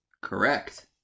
Correct